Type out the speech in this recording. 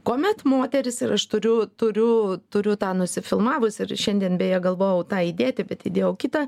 kuomet moteris ir aš turiu turiu turiu tą nusifilmavusi ir šiandien beje galvojau tą įdėti bet įdėjau kitą